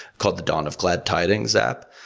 called the dawn of glad tidings app.